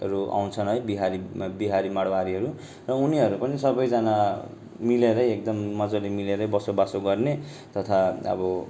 हरू आउँछन् है बिहारीमा बिहारी माडबारीहरू र उनीहरू पनि सबैजना मिलेरै एकदम मजाले मिलेरै बसोबासो गर्ने तथा अब